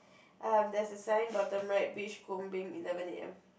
um there's a sign bottom right beach eleven A_M